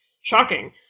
shocking